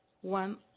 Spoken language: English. one